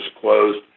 closed